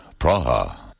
Praha